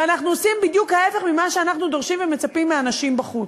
ואנחנו עושים בדיוק ההפך ממה שאנחנו דורשים ומצפים מאנשים בחוץ.